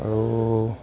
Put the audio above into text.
আৰু